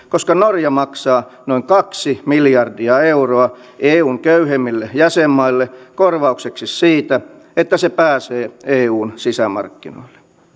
koska norja maksaa noin kaksi miljardia euroa eun köyhemmille jäsenmaille korvaukseksi siitä että se pääsee eun sisämarkkinoille